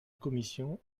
commission